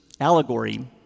allegory